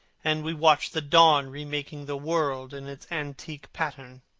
and we watch the dawn remaking the world in its antique pattern.